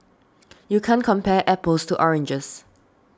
you can't compare apples to oranges